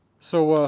so, ah